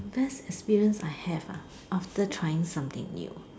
just feels like have after trying something new